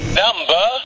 number